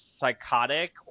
psychotic